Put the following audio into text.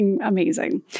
amazing